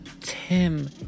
Tim